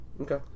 Okay